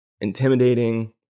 intimidating